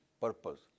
purpose